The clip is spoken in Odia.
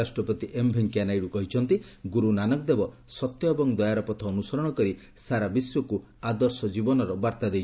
ଉପରାଷ୍ଟ୍ରପତି ଏମ୍ ଭେଙ୍କୟା ନାଇଡୁ କହିଛନ୍ତି ଗୁରୁ ନାନକ ଦେବ ସତ୍ୟ ଏବଂ ଦୟାର ପଥ ଅନୁସରଣ କରି ସାରା ବିଶ୍ୱକୁ ଆଦର୍ଶ ଜୀବନର ବାର୍ତ୍ତା ଦେଇଛନ୍ତି